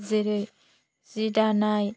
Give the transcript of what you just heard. जेरै जि दानाय